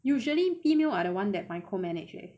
usually female are the one that micro manage leh